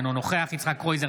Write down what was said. אינו נוכח יצחק קרויזר,